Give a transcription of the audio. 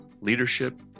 leadership